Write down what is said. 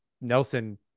Nelson